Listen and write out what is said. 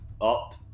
up